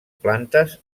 plantes